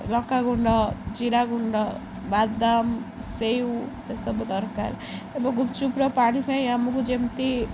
ଲଙ୍କାଗୁଣ୍ଡ ଜିରାଗୁଣ୍ଡ ବାଦାମ ସେଉ ସେସବୁ ଦରକାର ଏବଂ ଗୁପ୍ଚୁପ୍ର ପାଣି ପାଇଁ ଆମକୁ ଯେମିତି